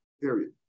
period